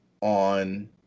on